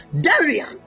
Darian